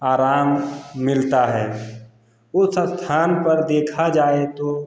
आराम मिलता है उस स्थान पर देखा जाए तो